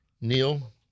Neil